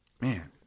Man